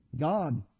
God